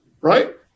Right